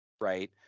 Right